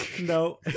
No